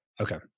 Okay